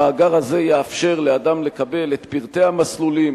המאגר הזה יאפשר לאדם לקבל את פרטי המסלולים,